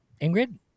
ingrid